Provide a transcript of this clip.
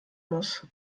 muss